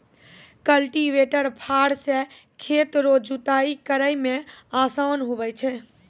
cultivator फार से खेत रो जुताइ करै मे आसान हुवै छै